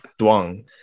Duang